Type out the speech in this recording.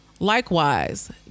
Likewise